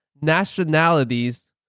nationalities